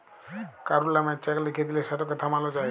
কারুর লামে চ্যাক লিখে দিঁলে সেটকে থামালো যায়